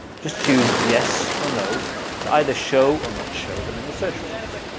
just choose yes or no to either show or not show them in the search results.